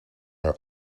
are